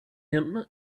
him